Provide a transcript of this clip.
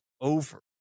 over